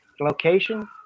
Location